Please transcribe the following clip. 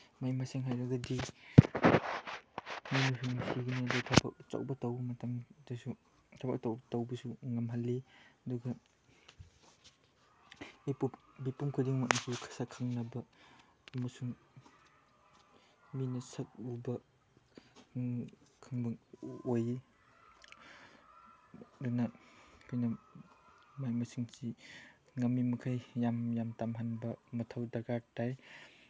ꯃꯍꯩ ꯃꯁꯤꯡ ꯍꯩꯔꯒꯗꯤ ꯑꯗꯨ ꯊꯕꯛ ꯑꯆꯧꯕ ꯇꯧꯕ ꯃꯇꯝꯗꯁꯨ ꯊꯕꯛ ꯑꯆꯧꯕ ꯇꯧꯕꯁꯨ ꯉꯝꯍꯜꯂꯤ ꯑꯗꯨꯒ ꯑꯩꯕꯨ ꯃꯤꯄꯨꯝ ꯈꯨꯗꯤꯡꯃꯛꯅꯁꯨ ꯃꯁꯛ ꯈꯪꯅꯕ ꯑꯃꯁꯨꯡ ꯃꯤꯅ ꯁꯛ ꯎꯕ ꯈꯪꯕ ꯑꯣꯏꯌꯦ ꯑꯗꯨꯅ ꯑꯩꯈꯣꯏꯅ ꯃꯍꯩ ꯃꯁꯤꯡꯁꯤ ꯉꯝꯃꯤꯕꯃꯈꯩ ꯌꯥꯝ ꯌꯥꯝ ꯇꯝꯍꯟꯕ ꯃꯊꯧ ꯗꯔꯀꯥꯔ ꯇꯥꯏ